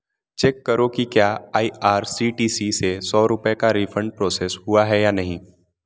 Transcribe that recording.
check करो की क्या I R C T C से सौ रुपये का रिफ़ंड प्रोसेस हुआ है या नहीं